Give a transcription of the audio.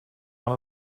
one